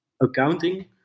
accounting